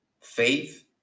faith